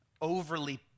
overly